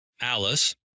Alice